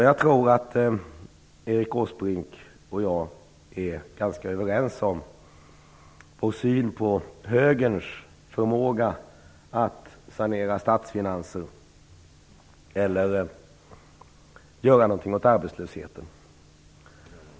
Jag tror att Erik Åsbrink och jag är ganska överens när det gäller synen på högerns förmåga att sanera statsfinanser eller att göra något åt arbetslösheten.